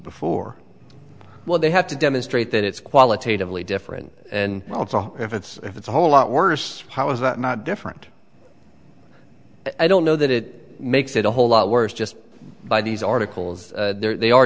before well they have to demonstrate that it's qualitatively different and if it's if it's a whole lot worse how is that not different i don't know that it makes it a whole lot worse just by these articles there they are